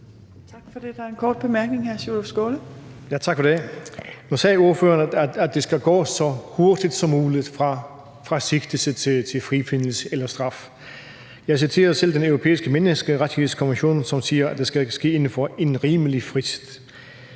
Nu sagde ordføreren, at det skal gå så hurtigt som muligt fra sigtelse til frifindelse eller straf. Jeg citerede selv Den Europæiske Menneskerettighedskonvention, som siger, at det skal ske inden for en rimelig frist.